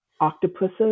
octopuses